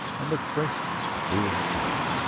and looked fresh and cool and pretty.